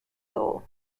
tour